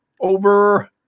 Over